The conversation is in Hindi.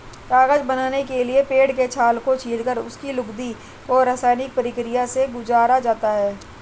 कागज बनाने के लिए पेड़ के छाल को छीलकर उसकी लुगदी को रसायनिक प्रक्रिया से गुजारा जाता है